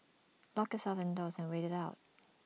lock selves indoors and wait IT out